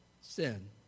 sin